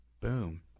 boom